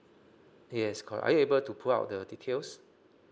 yes correct are you able to pull out the details